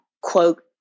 quote